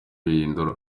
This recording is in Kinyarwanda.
bihindura